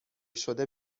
شده